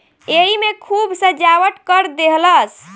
एईमे खूब सजावट कर देहलस